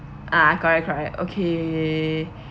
uh correct correct okay